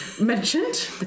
mentioned